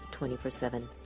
24-7